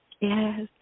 yes